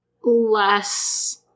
less